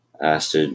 asked